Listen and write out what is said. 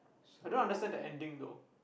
I don't understand the ending though